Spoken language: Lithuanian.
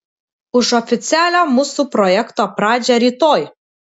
už oficialią mūsų projekto pradžią rytoj